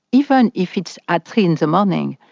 even if it's at three in the morning,